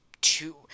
two